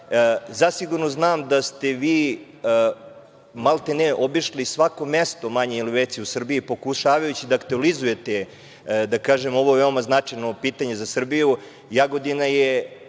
Zasigurno znam da ste vi maltene obišli svako mesto, manje ili veće u Srbiji, pokušavajući da aktualizujete ovo veoma značajno pitanje za Srbiju.